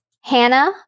Hannah